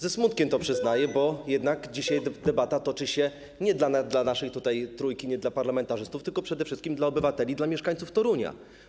Ze smutkiem to przyznaję, bo jednak dzisiaj debata toczy się nie dla naszej trójki, nie dla parlamentarzystów, tylko przede wszystkim dla obywateli, dla mieszkańców Torunia.